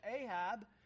Ahab